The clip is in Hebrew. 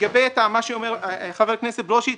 מגבה את מה שאומר חבר הכנסת ברושי.